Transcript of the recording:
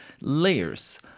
Layers